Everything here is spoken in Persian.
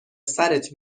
سرت